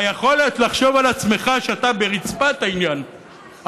היכולת לחשוב על עצמך כשאתה ברצפת העניין,